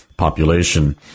population